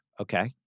Okay